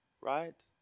right